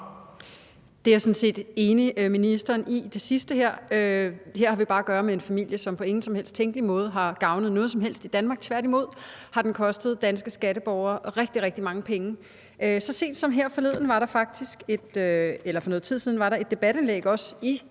her er jeg sådan set enig med ministeren i. Her har vi bare at gøre med en familie, som på ingen som helst tænkelig måde har gavnet noget som helst i Danmark. Tværtimod har den kostet danske skatteborgere rigtig, rigtig mange penge. Så sent som her forleden eller for noget tid siden var der også et debatindlæg i